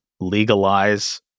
legalize